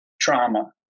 trauma